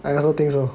I also think so